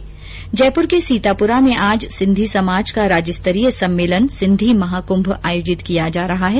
जयपुर के सीतापुरा में आज सिंधी समाज का राज्यस्तरीय सम्मेलन सिंधी महाकुंम आयोजित किया जा रहा है